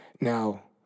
Now